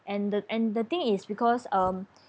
and the and the thing is because um